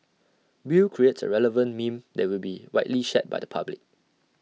bill creates A relevant meme that will be widely shared by the public